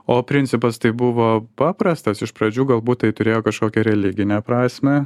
o principas tai buvo paprastas iš pradžių galbūt tai turėjo kažkokią religinę prasmę